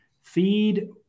feed –